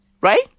right